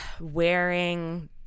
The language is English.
wearing